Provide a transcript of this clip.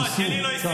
לא, את שלי לא הסירו.